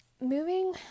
Moving